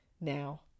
now